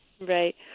Right